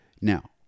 Now